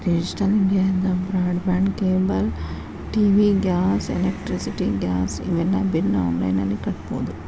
digital ಇಂಡಿಯಾದಿಂದ broadband cable TV gas electricity gas ಇವೆಲ್ಲಾ ಬಿಲ್ನ ಆನ್ಲೈನ್ ನಲ್ಲಿ ಕಟ್ಟಬೊದು